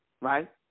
right